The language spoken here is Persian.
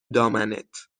دامنت